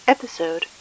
Episode